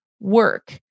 work